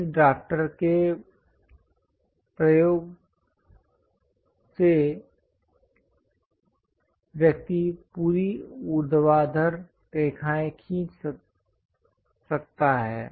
इस ड्रॉफ्टर के प्रयोग से व्यक्ति पूरी ऊर्ध्वाधर रेखाएं खींच सकता है